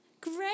Great